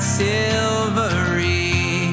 silvery